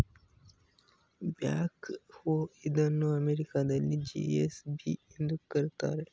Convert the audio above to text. back ಹೋ ಇದನ್ನು ಅಮೆರಿಕದಲ್ಲಿ ಜೆ.ಸಿ.ಬಿ ಎಂದು ಕರಿತಾರೆ